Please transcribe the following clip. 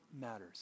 matters